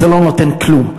וזה לא נותן כלום.